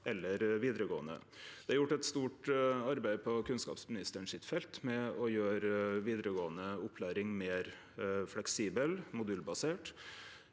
eller vidaregåande. Det er gjort eit stort arbeid på kunnskapsministerens felt med å gjere vidaregåande opplæring meir fleksibel og modulbasert.